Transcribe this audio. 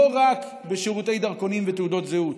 לא רק בשירותי דרכונים ותעודות זהות